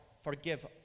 forgive